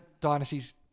dynasties